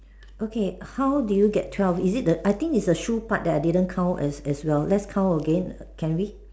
okay how do you get twelve is it the I think it's the shoe part that I didn't count as as well let's count again can we